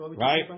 right